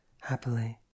happily